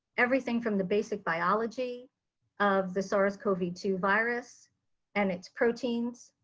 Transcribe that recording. everything from the basic biology of the sars co v two virus and its proteins,